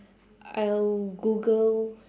I'll google